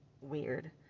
weird